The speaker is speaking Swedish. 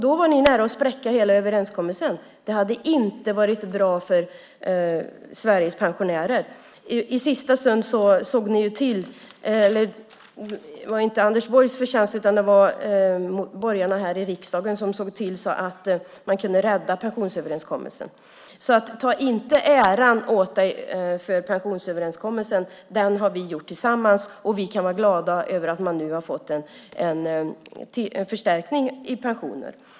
Då var ni nära att spräcka hela överenskommelsen. Det hade inte varit bra för Sveriges pensionärer. I sista stund såg ni till att inte göra det. Det var inte Anders Borgs förtjänst, utan det var borgarna här i riksdagen som såg till att man kunde rädda pensionsöverenskommelsen. Så ta inte åt dig äran över pensionsöverenskommelsen! Den har vi gjort tillsammans. Vi kan vara glada över att man nu har fått en förstärkning i pensionerna.